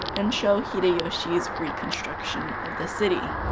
and show hideyoshi's reconstruction of the city.